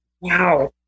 wow